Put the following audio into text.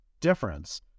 difference